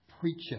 preacher